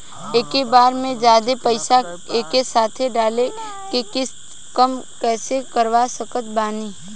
एके बार मे जादे पईसा एके साथे डाल के किश्त कम कैसे करवा सकत बानी?